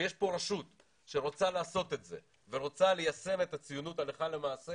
כשיש כאן רשות שרוצה לעשות את זה ורוצה ליישם את הציונות הלכה למעשה,